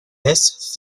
less